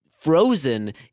frozen